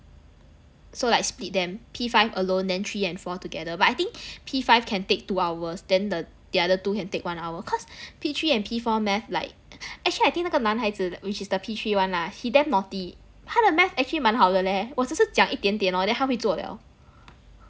so like split them P five alone and three and four together but I think P five can take two hours then the the other two can take one hour cause P three and P four math like actually I think 那个男孩子 which is the P three one lah he damn naughty 他的 math actually 蛮好的 leh 我只是讲一点点 hor then 他会做 liao